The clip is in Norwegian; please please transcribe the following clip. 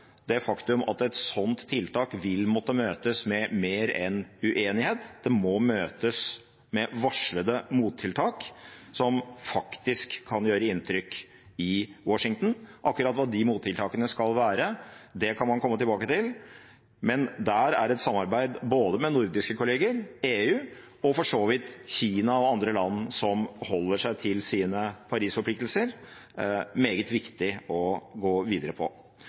det faktum at et sånt tiltak vil måtte møtes med mer enn uenighet. Det må møtes med varslede mottiltak som faktisk kan gjøre inntrykk i Washington. Akkurat hva de mottiltakene skal være, kan man komme tilbake til, men der er et samarbeid både med nordiske kolleger, med EU og for så vidt med Kina og andre land som holder seg til sine Paris-forpliktelser, meget viktig å gå videre